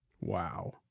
Wow